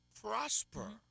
prosper